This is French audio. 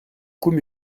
coups